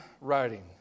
writing